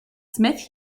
smith